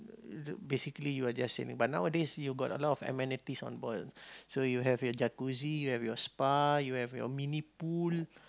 basically you are just same but nowadays you got a lot of amenities on board so you have your jacuzzi your spa your mini pool